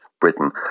Britain